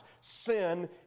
Sin